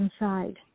inside